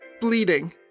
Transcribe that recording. bleeding